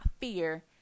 fear